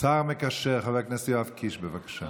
השר המקשר חבר הכנסת יואב קיש, בבקשה.